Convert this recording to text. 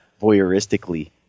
voyeuristically